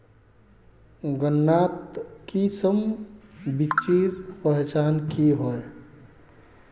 गन्नात किसम बिच्चिर पहचान की होय?